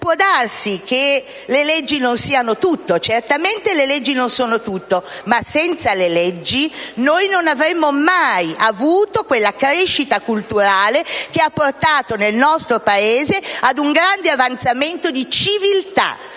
Può darsi che le leggi non siano tutto, anzi certamente non lo sono, ma senza le leggi non avremmo mai avuto quella crescita culturale che ha portato nel nostro Paese ad un grande avanzamento di civiltà